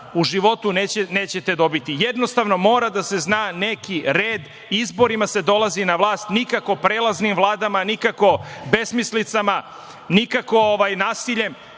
u životu nećete dobiti. Jednostavno mora da se zna neki red. Izborima se dolazi na vlast, nikako prelaznim vladama, nikako besmislicama, nikako nasiljem